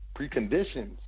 preconditions